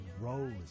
Rose